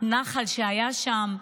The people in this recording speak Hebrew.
מהנחל שהיה שם,